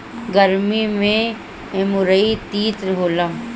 गरमी में मुरई तीत होला